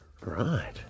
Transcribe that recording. Right